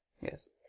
Yes